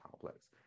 complex